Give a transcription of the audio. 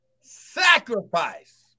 sacrifice